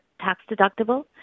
tax-deductible